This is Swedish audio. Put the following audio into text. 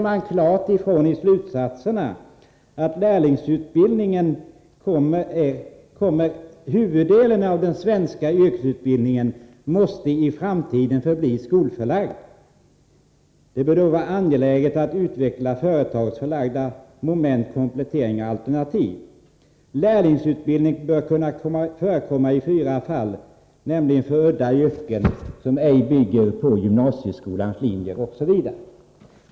I sammanfattningen av slutsatserna efter den resan säger man klart ifrån att huvuddelen av den svenska yrkesutbildningen i framtiden måste förbli skolförlagd. Det bör då vara angeläget att utveckla företagsförlagda moment, kompletteringar och alternativ. Lärlingsutbildning bör kunna förekomma endast i fyra fall, bl.a. för udda yrken som ej bygger på gymnasieskolans linjer.